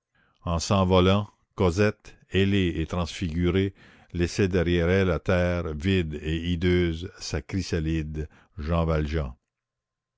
en s'envolant cosette ailée et transfigurée laissait derrière elle à terre vide et hideuse sa chrysalide jean valjean